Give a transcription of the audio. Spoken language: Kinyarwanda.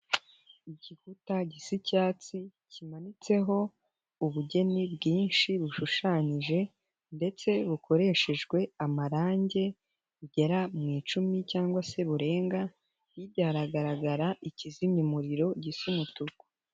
Igikuta gisa icyatsi kimanitseho ubugeni bwinshi bushushanyije ndetse bukoreshejwe amarangi bigera mu icumi cyangwa se burenga hirya haragaragara ikizimya umuriro gisa umutuku.